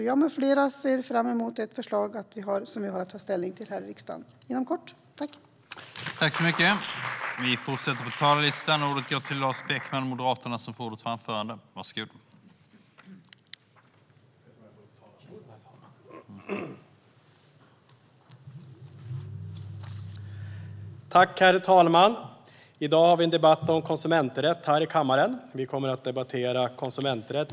Jag med flera ser fram emot ett förslag som vi har att ta ställning till här i riksdagen inom kort.